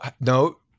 no